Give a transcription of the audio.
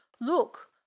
look